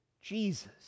Jesus